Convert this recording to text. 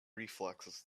reflexes